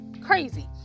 crazy